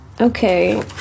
Okay